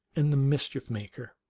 and the mischief maker.